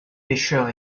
pêcheurs